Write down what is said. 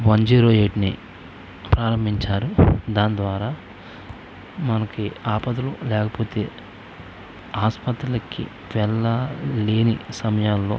one zero ఎయిట్ని ప్రారంభించారు దాని ద్వారా మనకి ఆపదలు లేకపోతే ఆసుపత్రులకి వెళ్ళలేని సమయంలో